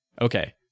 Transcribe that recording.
okay